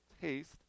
taste